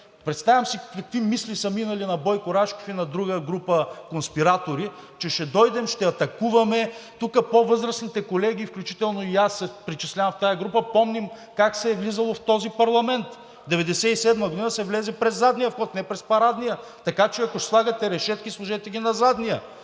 Представям си какви мисли са минали на Бойко Рашков и на друга група конспиратори, че ще дойдем, ще атакуваме. Тук по-възрастните колеги, включително и аз се причислявам в тази група, помним как се е влизало в този парламент. 1997 г. се влезе през задния вход, не през парадния, така че ако ще слагате решетки, сложете ги на задния,